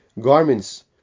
garments